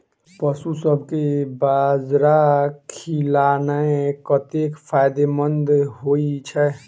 पशुसभ केँ बाजरा खिलानै कतेक फायदेमंद होइ छै?